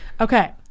Okay